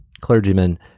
clergymen